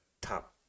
top